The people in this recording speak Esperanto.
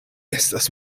estas